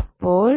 അപ്പോൾ